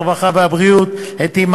הרווחה והבריאות: אתי,